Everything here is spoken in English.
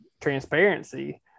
transparency